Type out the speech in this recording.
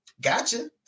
Gotcha